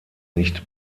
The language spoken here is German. nicht